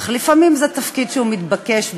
אך לפעמים זה תפקיד שהוא מתבקש,